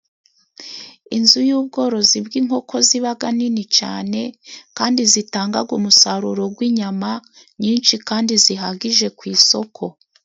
Inzu y'ubworozi bw'inkoko zibaga nini cane kandi zitangaga umusaruro gw'inyama nyinshi kandi zihagije ku isoko.